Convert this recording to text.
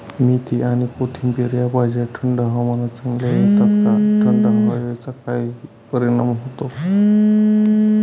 मेथी आणि कोथिंबिर या भाज्या थंड हवामानात चांगल्या येतात का? थंड हवेचा काही परिणाम होतो का?